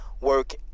work